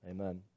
Amen